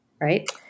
right